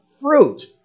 fruit